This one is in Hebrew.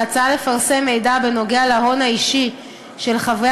ההצעה לפרסם מידע בנוגע להון האישי של חברי